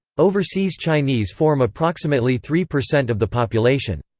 overseas chinese form approximately three percent of the population.